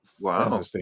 Wow